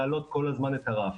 להעלות כל הזמן את הרף.